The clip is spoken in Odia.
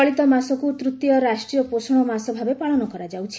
ଚଳିତମାସକୁ ତ୍ତୀୟ ରାଷ୍ଟ୍ରୀୟ ପୋଷଣ ମାସ ଭାବେ ପାଳନ କରାଯାଉଛି